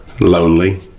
Lonely